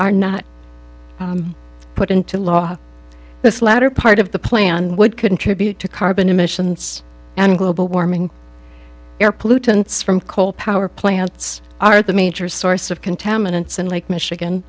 are not put into law this latter part of the plan would contribute to carbon emissions and global warming air pollutants from coal power plants are the major source of contaminants in lake michigan